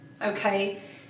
okay